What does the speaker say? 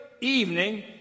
evening